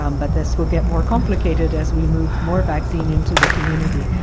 um but this will get more complicated as we move more vaccine into the community.